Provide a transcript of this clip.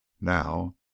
now